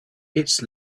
its